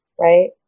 right